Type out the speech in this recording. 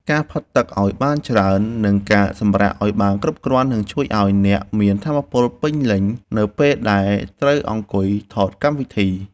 ការផឹកទឹកឱ្យបានច្រើន និងការសម្រាកឱ្យបានគ្រប់គ្រាន់នឹងជួយឱ្យអ្នកមានថាមពលពេញលេញនៅពេលដែលត្រូវអង្គុយថតកម្មវិធី។